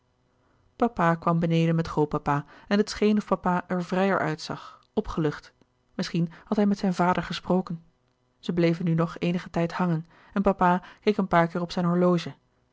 papa kwam beneden met grootpapa en het scheen of papa er vrijer uitzag opgelucht misschien had hij met zijn vader gesproken zij bleven nu nog eenigen tijd hangen en papa keek een paar keer op zijn horloge